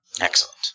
Excellent